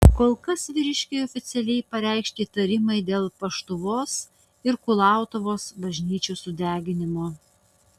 kol kas vyriškiui oficialiai pareikšti įtarimai dėl paštuvos ir kulautuvos bažnyčių sudeginimo